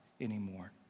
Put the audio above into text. anymore